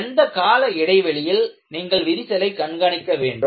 எந்த கால இடைவெளியில் நீங்கள் விரிசலை கண்காணிக்க வேண்டும்